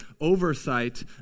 oversight